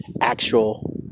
actual